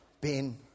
Ben